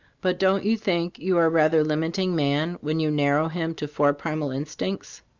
but don't you think you are rather limiting man, when you narrow him to four primal instincts?